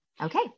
okay